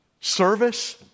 service